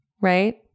right